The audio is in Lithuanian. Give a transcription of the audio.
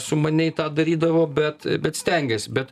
sumaniai tą darydavo bet bet stengėsi bet